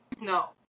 No